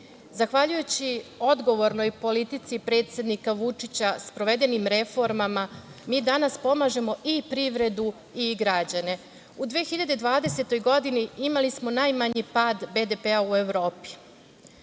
Zahvaljujući odgovornoj politici predsednika Vučića i sprovedenim reformama mi danas pomažemo i privredu i građane.U 2020. godini imali smo najmanji pad BDP u Evropi.